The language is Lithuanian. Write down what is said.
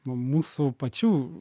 mūsų pačių